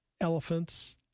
elephants